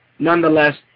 Nonetheless